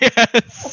Yes